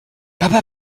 papa